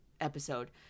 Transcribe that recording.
episode